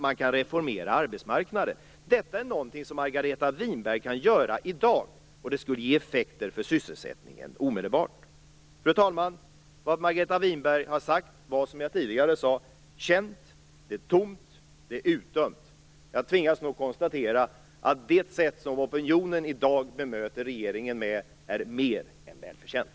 Man kan reformera arbetsmarknaden. Detta är någonting som Margareta Winberg kan göra i dag, och det skulle ge effekter för sysselsättningen omedelbart. Fru talman! Vad Margareta Winberg har sagt var som jag tidigare sade känt. Det är tomt. Det är utdömt. Jag tvingas nog konstatera att det sätt som opinionen i dag bemöter regeringen på är mer än välförtjänt.